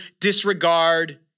disregard